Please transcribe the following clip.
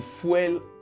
fuel